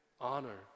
honor